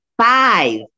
Five